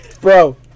bro